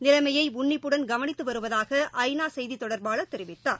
நிலைமையை உள்ளிப்புடன் கவனித்து வருவதாக ஐ நா செய்தி தொடர்பாளர் தெரிவித்தார்